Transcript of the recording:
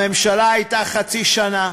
לממשלה היה חצי שנה,